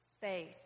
faith